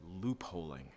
loopholing